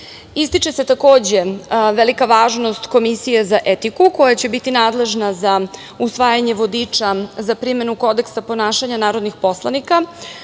obuke. Ističe se, takođe, velika važnost Komisije za etiku koja će biti nadležna za usvajanje vodiča za primenu Kodeksa ponašanja narodnih poslanika,